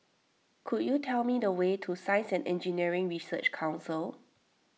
could you tell me the way to Science and Engineering Research Council